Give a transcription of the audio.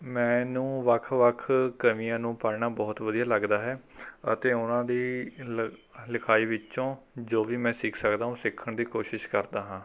ਮੈਨੂੰ ਵੱਖ ਵੱਖ ਕਮੀਆਂ ਨੂੰ ਪੜ੍ਹਨਾ ਬਹੁਤ ਵਧੀਆ ਲੱਗਦਾ ਹੈ ਅਤੇ ਉਹਨਾਂ ਦੀ ਲਖ ਲਿਖਾਈ ਵਿੱਚੋਂ ਜੋ ਵੀ ਮੈਂ ਸਿੱਖ ਸਕਦਾ ਉਹ ਸਿੱਖਣ ਦੀ ਕੋਸ਼ਿਸ਼ ਕਰਦਾ ਹਾਂ